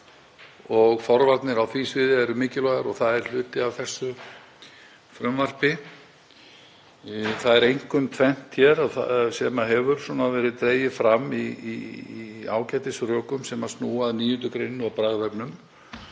og forvarnir á því sviði eru mikilvægar og það er hluti af frumvarpinu. Það er einkum tvennt sem hefur verið dregið fram í ágætisrökum sem snúa að 9. gr. og bragðefnum.